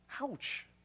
Ouch